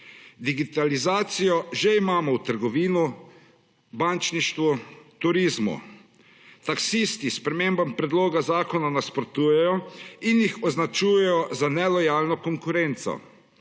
Digitalizacijo že imamo v trgovini, bančništvu, turizmu. Taksisti sprememba predloga zakona nasprotujejo in jih označujejo za nelojalno konkurenco,